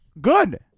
good